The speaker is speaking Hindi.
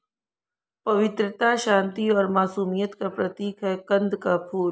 पवित्रता, शांति और मासूमियत का प्रतीक है कंद का फूल